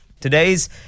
Today's